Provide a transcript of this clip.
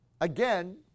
Again